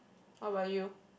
what about you